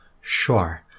Sure